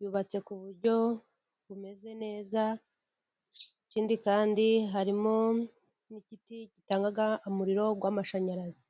yubatse ku buryo bumeze neza. Ikindi kandi harimo n'igiti gitanga umuriro w'amashanyarazi.